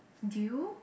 Dew